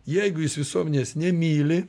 jeigu jis visuomenės nemyli